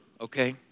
okay